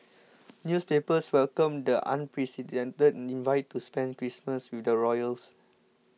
newspapers welcomed the unprecedented invite to spend Christmas with the royals